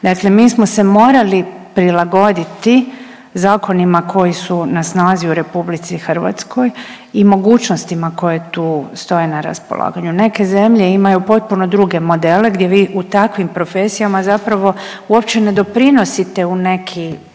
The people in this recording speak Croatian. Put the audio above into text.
Dakle, mi smo se morali prilagoditi zakonima koji su na snazi u RH i mogućnostima koje tu stoje na raspolaganju. Neke zemlje imaju potpuno druge modele gdje vi u takvim profesijama zapravo uopće ne doprinosite u neki